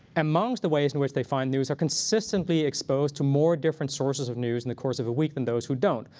amongst the ways in which they find news are consistently exposed to more different sources of news in the course of a week than those who don't.